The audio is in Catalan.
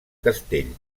castell